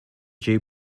due